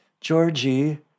Georgie